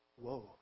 Whoa